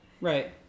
Right